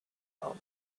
now